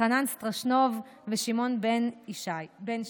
חנן סטרשנוב ושמעון בן שי.